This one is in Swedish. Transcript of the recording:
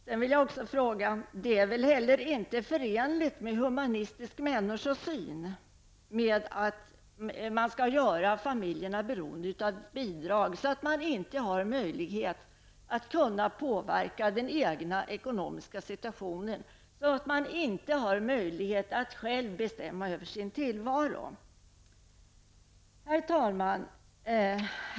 Sedan vill jag också fråga: Är det förenligt med en humanistisk människosyn att göra familjerna beroende av bidrag, så att man inte har möjlighet att påverka den egna ekonomiska situationen, så att man inte har möjlighet att bestämma över sin tillvaro? Herr talman!